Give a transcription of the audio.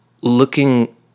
looking